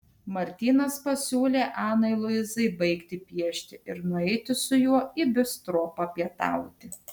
martynas pasiūlė anai luizai baigti piešti ir nueiti su juo į bistro papietauti